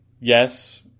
Yes